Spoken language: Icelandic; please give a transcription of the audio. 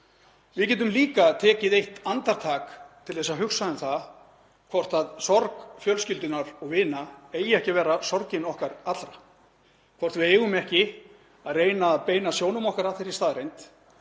Við getum líka tekið eitt andartak til að hugsa um það hvort sorg fjölskyldunnar og vina eigi ekki að vera sorg okkar allra, hvort við eigum ekki að reyna að beina sjónum okkar að þeirri staðreynd